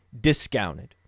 discounted